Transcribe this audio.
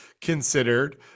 considered